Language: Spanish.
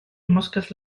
moscas